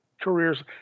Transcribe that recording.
careers